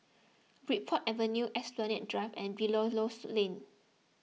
Bridport Avenue Esplanade Drive and Belilios Lane